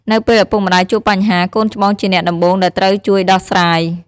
នៅពេលឪពុកម្ដាយជួបបញ្ហា កូនច្បងជាអ្នកដំបូងដែលត្រូវជួយដោះស្រាយ។